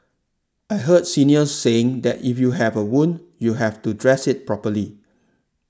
I heard seniors saying that if you have a wound you have to dress it properly